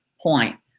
point